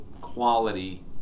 quality